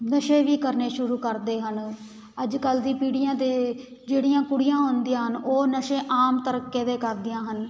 ਨਸ਼ੇ ਵੀ ਕਰਨੇ ਸ਼ੁਰੂ ਕਰਦੇ ਹਨ ਅੱਜ ਕੱਲ੍ਹ ਦੀ ਪੀੜ੍ਹੀਆਂ ਦੇ ਜਿਹੜੀਆਂ ਕੁੜੀਆਂ ਹੁੰਦੀਆਂ ਹਨ ਉਹ ਨਸ਼ੇ ਆਮ ਤਰੀਕੇ ਦੇ ਕਰਦੀਆਂ ਹਨ